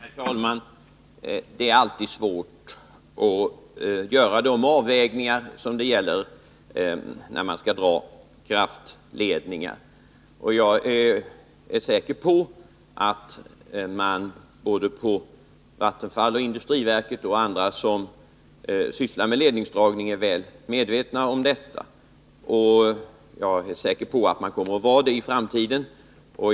Herr talman! Det är alltid svårt att göra de avvägningar som det gäller att göra när man skall dra kraftledningar. Jag är säker på att man är väl medveten om detta både i Vattenfall och i industriverket, liksom på andra håll där man sysslar med ledningsdragning, och jag är säker på att man kommer att vara det i framtiden.